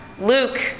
Luke